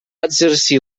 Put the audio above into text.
exercir